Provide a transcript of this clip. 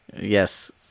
yes